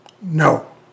No